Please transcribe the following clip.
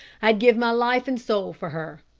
i'd give my life and soul for her.